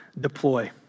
deploy